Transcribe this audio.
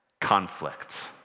conflict